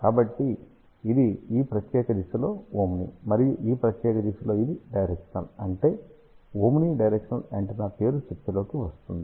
కాబట్టి ఇది ఈ ప్రత్యేక దిశలో ఓమ్ని మరియు ఈ ప్రత్యేక దిశలో ఇది డైరెక్షనల్ అంటే ఓమ్ని డైరెక్షనల్ యాంటెన్నా పేరు చర్చలోకి వస్తుంది